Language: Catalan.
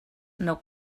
nou